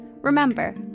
Remember